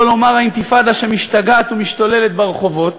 שלא לומר האינתיפאדה שמשתגעת ומשתוללת ברחובות,